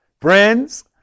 Friends